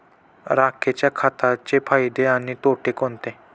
राखेच्या खताचे फायदे आणि तोटे कोणते?